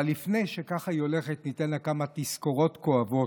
אבל לפני שהיא הולכת ניתן לה כמה תזכורות כואבות.